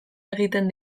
egiten